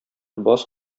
баз